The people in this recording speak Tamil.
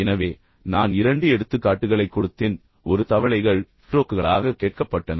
எனவே நான் இரண்டு எடுத்துக்காட்டுகளைக் கொடுத்தேன் ஒரு தவளைகள் ஃப்ரோக்குகளாகக் கேட்கப்பட்டன